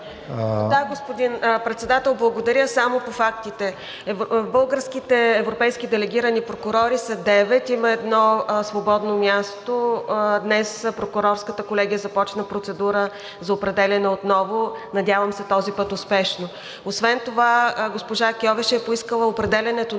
Да, господин Председател, благодаря. Само по фактите. Българските европейски делегирани прокурори са девет. Има едно свободно място, днес Прокурорската колегия започна процедура за определяне отново, надявам се този път успешно. Освен това госпожа Кьовеши е поискала определянето